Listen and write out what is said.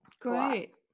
Great